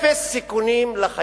אפס סיכונים לחיילים,